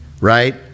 Right